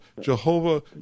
jehovah